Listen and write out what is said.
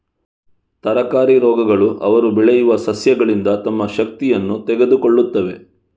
ತರಕಾರಿ ರೋಗಗಳು ಅವರು ಬೆಳೆಯುವ ಸಸ್ಯಗಳಿಂದ ತಮ್ಮ ಶಕ್ತಿಯನ್ನು ತೆಗೆದುಕೊಳ್ಳುತ್ತವೆ